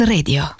Radio